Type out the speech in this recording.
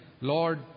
Lord